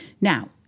Now